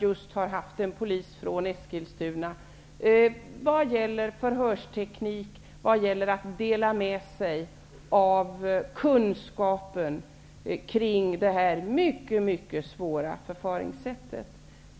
Just en polis från Eskilstuna var med när det gällde förhörsteknik och detta med att dela med sig av kunskapen kring det här synnerligen svåra förfaringssättet.